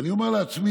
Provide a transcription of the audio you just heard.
אני אומר לעצמי: